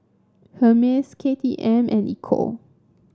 Hermes K T M and Ecco